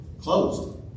Closed